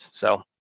So-